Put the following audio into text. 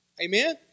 Amen